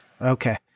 Okay